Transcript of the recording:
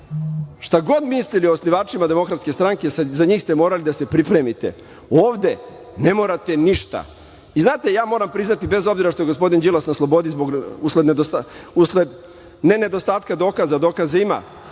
Šta god mislili o osnivačima Demokratske stranke, za njih ste morali da se pripremite. Ovde ne morate ništa. Znate, moram priznati, bez obzira što je gospodin Đilas na slobodi usled ne nedostatka dokaza, dokaza ima,